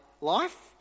life